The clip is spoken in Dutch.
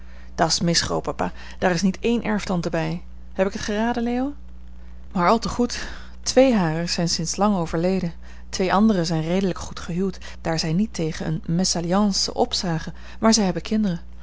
mis grootpapa daar is niet één erftante bij heb ik het geraden leo maar al te goed twee harer zijn sinds lang overleden twee anderen zijn redelijk goed gehuwd daar zij niet tegen eene mesalliance opzagen maar zij hebben kinderen